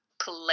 play